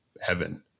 heaven